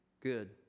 good